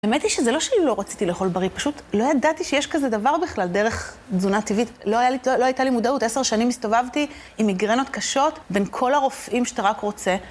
האמת היא שזה לא שאני לא רציתי לאכול בריא, פשוט לא ידעתי שיש כזה דבר בכלל, דרך תזונה טבעית. לא הייתה לי מודעות. עשר שנים הסתובבתי עם מגרנות קשות בין כל הרופאים שאתה רק רוצה.